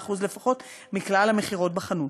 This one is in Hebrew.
25% לפחות מכלל המכירות בחנות.